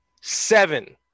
Seven